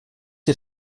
die